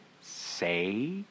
say